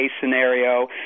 scenario